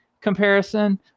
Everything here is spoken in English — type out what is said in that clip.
comparison